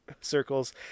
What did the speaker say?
circles